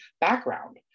background